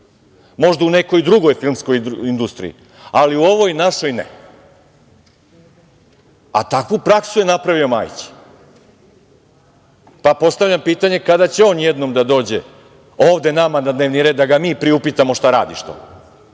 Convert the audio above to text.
Možda u nekoj drugoj filmskoj industriji, ali u ovoj našoj ne. Takvu praksu je napravio Majić. Postavljam pitanje – kada će on jednom da dođe ovde nama na dnevni red da ga mi priupitamo: „Šta radiš to?“,